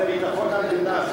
זה ביטחון המדינה,